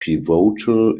pivotal